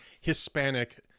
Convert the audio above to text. Hispanic